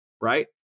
right